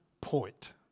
point